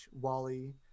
wally